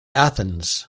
athens